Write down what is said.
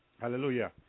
hallelujah